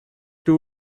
two